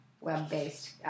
web-based